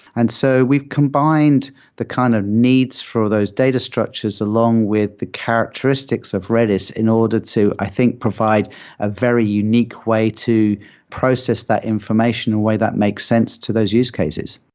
and so we've combined the kind of needs for those data structures along with the characteristics of redis in order to, i think, provide a very unique way to process that information in a way that makes sense to those use cases.